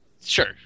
sure